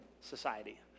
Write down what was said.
society